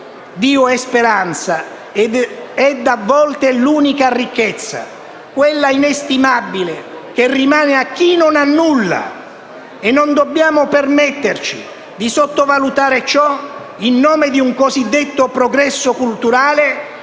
Dio è speranza e a volte è l'unica ricchezza, quella inestimabile che rimane a chi non ha nulla. E non dobbiamo permetterci di sottovalutare ciò in nome di un cosiddetto progresso culturale